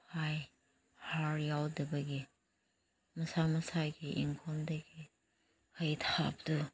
ꯍꯥꯏ ꯍꯥꯔ ꯌꯥꯎꯗꯕꯒꯤ ꯃꯁꯥ ꯃꯁꯥꯒꯤ ꯏꯪꯈꯣꯜꯗꯒꯤ ꯍꯩ ꯊꯥꯕꯗꯨ